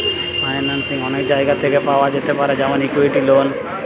financing অনেক জায়গা হইতে পাওয়া যেতে পারে যেমন ইকুইটি, লোন ইত্যাদি